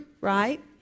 right